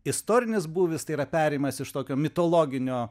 istorinis būvis tai yra perėjimas iš tokio mitologinio